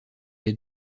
les